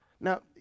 Now